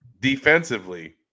Defensively